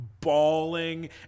bawling